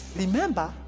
remember